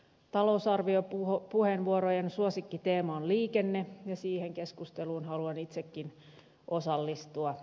talousarviopuheenvuorojen suosikkiteema on liikenne ja siihen keskusteluun haluan itsekin osallistua